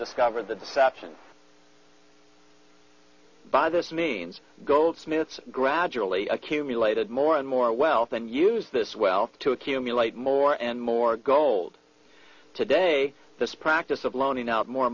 discover the deception by this means goldsmith's gradually accumulated more and more wealth and use this wealth to accumulate more and more gold today this practice of loaning out more